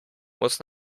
muss